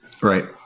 Right